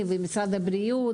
הבריאות.